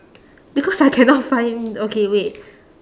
because I cannot find okay wait